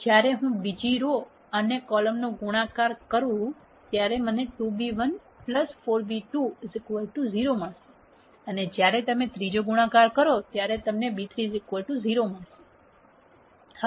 જ્યારે હું બીજી રો અને કોલમ ગુણાકાર કરું ત્યારે મને 2b1 4b2 0 મળશે અને જ્યારે તમે ત્રીજો ગુણાકાર કરો ત્યારે તમને b3 0 મળશે